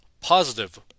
positive